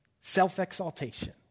Self-exaltation